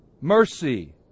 Mercy